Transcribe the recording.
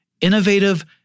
innovative